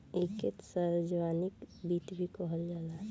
ऐइके सार्वजनिक वित्त भी कहल जाला